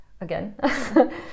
again